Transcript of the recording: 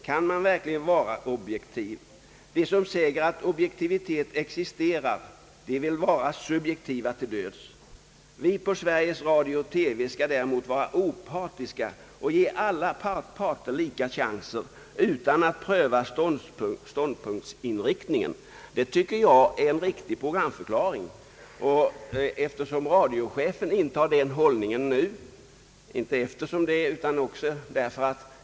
Kan man verkligen vara objektiv? De som säger att objektivitet existerar de vill vara subjektiva till döds. Vi på Sveriges radio/TV ska däremot vara opartiska och ge alla parter lika chanser, utan att pröva ståndpunktsriktigheten.» Detta tycker jag är en riktig programförklaring.